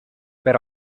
per